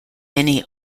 many